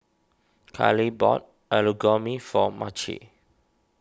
Karly bought Alu Gobi for Marci